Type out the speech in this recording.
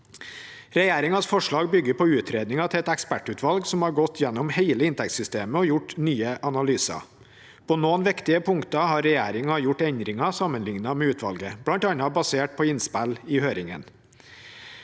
Regjeringens forslag bygger på utredningen til et ekspertutvalg, som har gått gjennom hele inntektssystemet og foretatt nye analyser. På noen viktige punkter har regjeringen gjort endringer sammenlignet med utvalget, bl.a. basert på innspill i høringen.